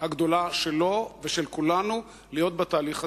הגדולה שלו ושל כולנו להיות בתהליך הזה.